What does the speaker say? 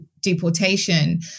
deportation